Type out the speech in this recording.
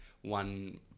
one